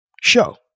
show